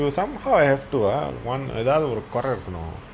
you somehow have to ஏதாவது குறை இருக்கணும்:ethaavathu kurai irukkanum